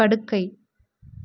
படுக்கை